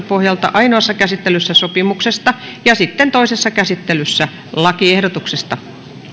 pohjalta ainoassa käsittelyssä sopimuksesta ja sitten toisessa käsittelyssä lakiehdotuksesta